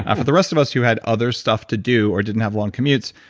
ah for the rest of us who had other stuff to do, or didn't have long commutes,